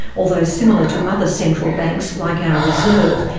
although similar to other central banks, like our reserve,